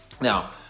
Now